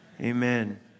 Amen